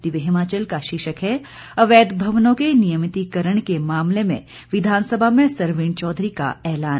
दिव्य हिमाचल का शीर्षक है अवैध भवनों के नियमितीकरण के मामले में विधानसभा में सरवीण चौधरी का एलान